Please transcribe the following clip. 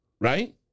right